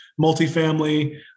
multifamily